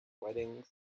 Weddings